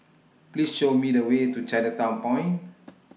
Please Show Me The Way to Chinatown Point